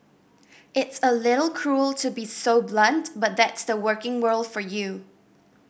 it's a little cruel to be so blunt but that's the working world for you